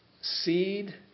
seed